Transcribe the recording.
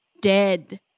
Dead